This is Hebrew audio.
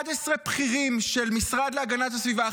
11 בכירים של המשרד להגנת הסביבה,